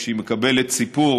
כשהיא מקבלת סיפור,